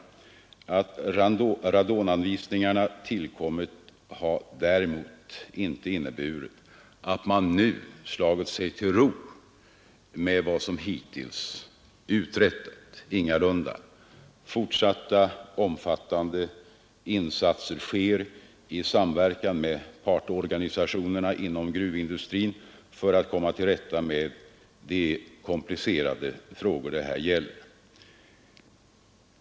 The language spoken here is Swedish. Att radonanvisningarna tillkommit har däremot ingalunda inneburit att man nu slagit sig till ro med vad som hittills uträttats. Fortsatta omfattande insatser sker i samverkan med partsorganisationerna inom gruvindustrin för att komma till rätta med de komplicerade frågor det här rör sig om.